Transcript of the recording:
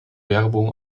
werbung